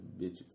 bitches